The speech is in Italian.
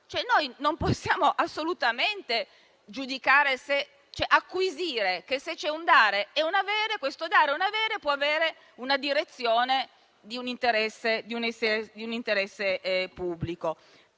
Noi non possiamo assolutamente giudicare ed acquisire che, se c'è un dare ed un avere, questo dare ed avere può avere la direzione di un interesse pubblico.